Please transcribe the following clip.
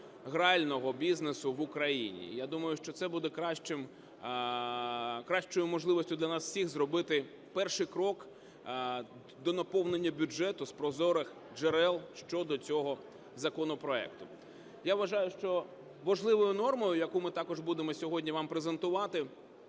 грального бізнесу в Україні. І я думаю, що це буде кращою можливістю для нас всіх зробити перший крок до наповнення бюджету з прозорих джерел щодо цього законопроекту. Я вважаю, що важливою нормою, яку ми також будемо сьогодні вам презентувати,